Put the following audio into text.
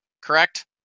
Correct